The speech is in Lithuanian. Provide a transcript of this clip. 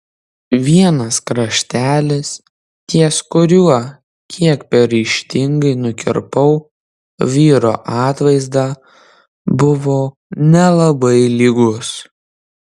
vienas kraštelis ties kuriuo kiek per ryžtingai nukirpau vyro atvaizdą buvo nelabai lygus